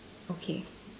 okay